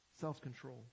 self-control